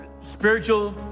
spiritual